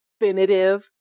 definitive